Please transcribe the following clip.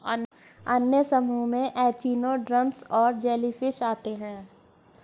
अन्य समूहों में एचिनोडर्म्स और जेलीफ़िश आते है